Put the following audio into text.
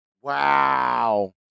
Wow